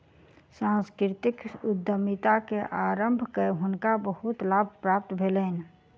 सांस्कृतिक उद्यमिता के आरम्भ कय हुनका बहुत लाभ प्राप्त भेलैन